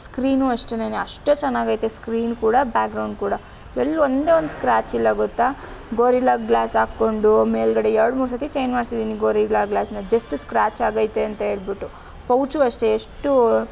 screen ಅಷ್ಟೆನೇ ಅಷ್ಟೆ ಚೆನ್ನಾಗೈತೆ ಸ್ಕ್ರೀನ್ ಕೂಡ ಬ್ಯಾಗ್ರೌಂಡ್ ಕೂಡ ಎಲ್ಲೂ ಒಂದೇ ಒಂದು ಸ್ಕ್ರಾಚ್ ಇಲ್ಲ ಗೊತ್ತಾ ಗೊರಿಲ್ಲಾ ಗ್ಲಾಸ್ ಹಾಕ್ಕೊಂಡು ಮೇಲುಗಡೆ ಎರಡ್ಮೂರು ಸತ್ತಿ ಚೇಂಜ್ ಮಾಡ್ಸಿದೀನಿ ಗೊರಿಲ್ಲಾ ಗ್ಲಾಸನ್ನ ಜಸ್ಟ್ ಸ್ಕ್ರಾಚ್ ಆಗೈತಿ ಅಂತೇಳ್ಬಿಟ್ಟು ಪೌಚು ಅಷ್ಟೆ ಎಷ್ಟು